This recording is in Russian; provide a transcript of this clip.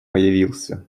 появился